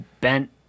bent